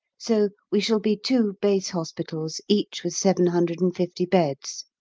so we shall be two base hospitals, each with seven hundred and fifty beds.